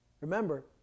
Remember